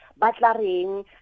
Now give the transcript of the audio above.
butlering